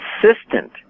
consistent